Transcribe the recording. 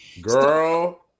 Girl